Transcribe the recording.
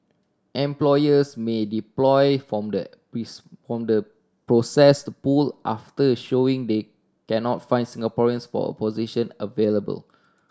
employers may employ from the from the processed pool after a showing they cannot find Singaporeans for a position available